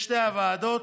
לשתי הוועדות,